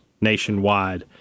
nationwide